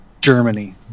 Germany